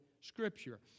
scripture